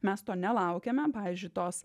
mes to nelaukėme pavyzdžiui tos